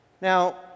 Now